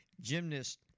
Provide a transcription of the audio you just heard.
gymnast